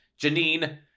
Janine